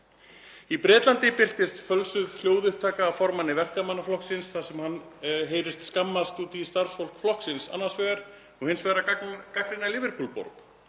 Í Bretlandi birtist fölsuð hljóðupptaka af formanni Verkamannaflokksins þar sem hann heyrist skammast út í starfsfólk flokksins annars vegar og hins vegar gagnrýna Liverpool-borg